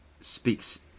speaks